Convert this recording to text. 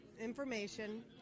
information